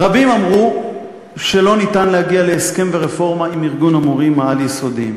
רבים אמרו שלא ניתן להגיע להסכם ורפורמה עם ארגון המורים העל-יסודיים,